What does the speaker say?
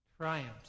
triumphs